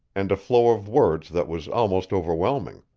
and a flow of words that was almost overwhelming.